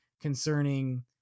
concerning